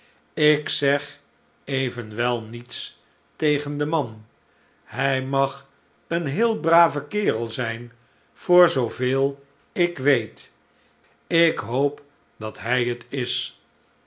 ik zeg evenwel niets tegen den man hij mag een heel brave kerel zijn voor zooveel ik weet ik hoop dat hh het is